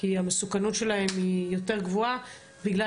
כי המסוכנות שלהם היא יותר גבוהה בגלל